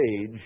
age